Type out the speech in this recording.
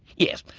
yes,